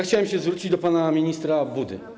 Chciałem się zwrócić do pana ministra Budy.